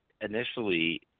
initially